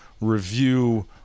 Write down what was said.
review